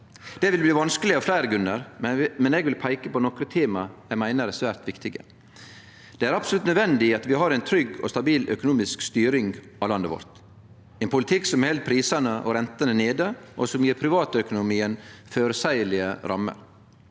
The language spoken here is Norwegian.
Det vil bli vanskeleg av fleire grunnar, men eg vil peike på nokre tema eg meiner er svært viktige. Det er absolutt nødvendig at vi har ei trygg og stabil økonomisk styring av landet vårt, ein politikk som held prisane og rentene nede og som gjev privatøkonomien føreseielege rammer.